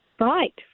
Right